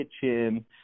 kitchen